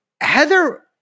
Heather